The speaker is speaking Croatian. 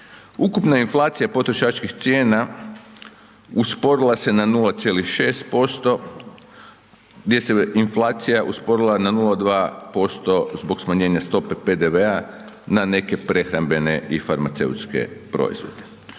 Ukupna inflacija potrošačkih cijena usporila se na 0,6% gdje se inflacija usporila na 0,2% zbog smanjenja stope PDV-a na neke prehrambene i farmaceutske proizvode.